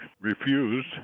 refused